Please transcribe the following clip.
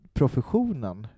professionen